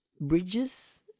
bridges